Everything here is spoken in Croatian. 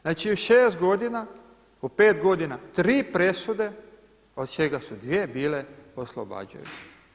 Znači u 6 godina, u 5 godina tri presude od čega su dvije bile oslobađajuće.